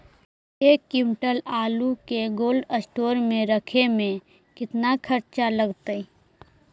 एक क्विंटल आलू के कोल्ड अस्टोर मे रखे मे केतना खरचा लगतइ?